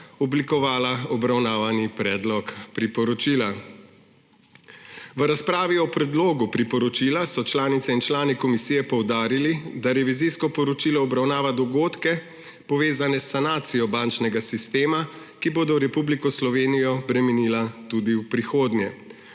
oblikovala obravnavani predlog priporočila. V razpravi o Predlogu priporočila so članice in člani komisije poudarili, da revizijsko poročilo obravnava dogodke, povezane s sanacijo bančnega sistema, ki bodo Republiko Slovenijo bremenila tudi v prihodnje.